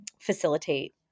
facilitate